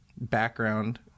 background